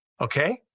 Okay